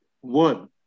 One